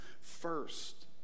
first